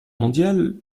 mondiale